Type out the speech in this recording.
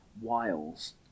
wiles